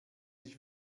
ich